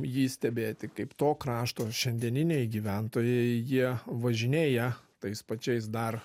jį stebėti kaip to krašto šiandieniniai gyventojai jie važinėja tais pačiais dar